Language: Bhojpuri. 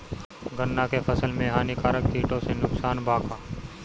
गन्ना के फसल मे हानिकारक किटो से नुकसान बा का?